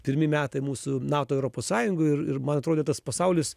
pirmi metai mūsų nato europos sąjungoj ir ir man atrodė tas pasaulis